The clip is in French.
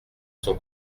son